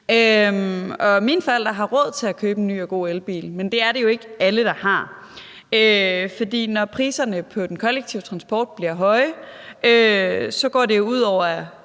Mine forældre har råd til at købe en ny og god elbil, men det er det jo ikke alle der har. For når priserne på den kollektive transport bliver høje, går det jo netop